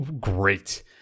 great